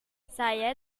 saya